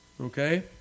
Okay